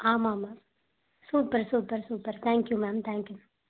ஆமாம் ma'am super super super thank you ma'am thank you